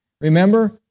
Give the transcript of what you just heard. Remember